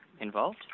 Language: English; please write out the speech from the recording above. involved